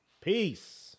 Peace